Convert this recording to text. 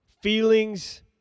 feelings